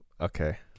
Okay